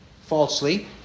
falsely